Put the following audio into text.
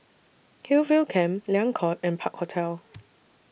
Hillview Camp Liang Court and Park Hotel